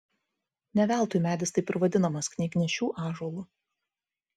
ne veltui medis taip ir vadinamas knygnešių ąžuolu